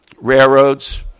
railroads